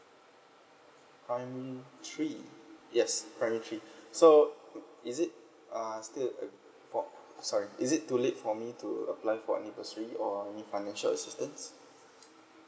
primary three yes primary three so is it uh still a for sorry is it too late for me to apply for any bursary or any financial assistance